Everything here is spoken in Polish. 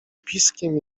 piskiem